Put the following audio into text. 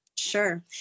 Sure